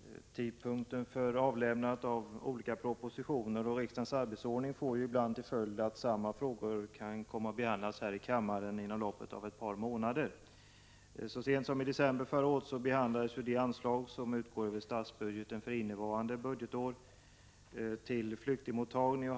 Fru talman! Tidpunkten för avlämnande av olika propositioner och riksdagens arbetsordning får ibland till följd att samma frågor kan komma att behandlas här i kammaren flera gånger inom loppet av ett par månader. Så sent som i december månad förra året behandlades de anslag som utgår över statsbudgeten för innevarande budgetår till flyktingmottagningen